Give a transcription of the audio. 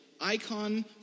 icon